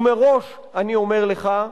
ומראש אני אומר לך,